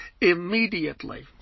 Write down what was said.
immediately